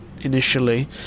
initially